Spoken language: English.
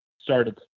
started